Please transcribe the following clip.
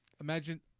Imagine